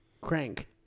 Crank